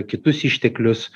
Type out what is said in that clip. kitus išteklius